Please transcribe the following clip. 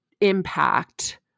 impact